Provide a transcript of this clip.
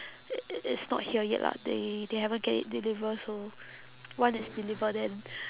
i~ i~ it's not here yet lah they they haven't get it deliver so once it's delivered then